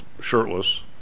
shirtless